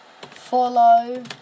Follow